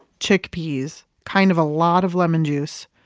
chickpeas, kind of a lot of lemon juice.